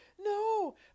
No